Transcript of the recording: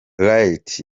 wright